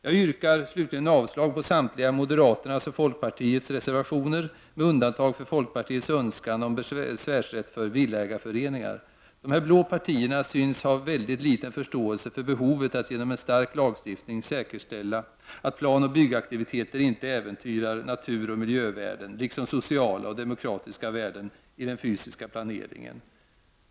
Jag yrkar slutligen avslag på moderaternas och folkpartiets samtliga reservationer med undantag för den som gäller folkpartiets önskan i fråga om besvärsrätten för villaägarorganisationer. Dessa blå partier synes ha väldigt liten förståelse för behovet av att genom en stark lagstiftning säkerställa att planoch byggaktiviteter inte äventyrar naturoch miljövärden liksom sociala och demokratiska värden i den fysiska planeringen.